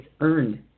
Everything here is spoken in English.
earned